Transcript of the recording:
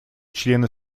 члены